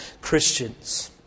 Christians